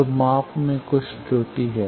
तो माप में कुछ त्रुटि है